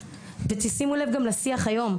ושימו לב גם לשיח היום,